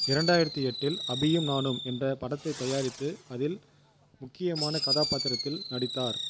இரண்டாயிரத்தி எட்டில் அபியும் நானும் என்ற படத்தைத் தயாரித்து அதில் முக்கியமான கதாபாத்திரத்தில் நடித்தார்